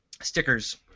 Stickers